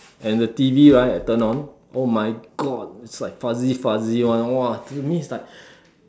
and the T_V right I turn on oh my god it's like fuzzy fuzzy [one] !wah! to me it's like